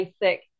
basic